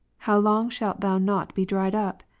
how long shalt thou not be dried up?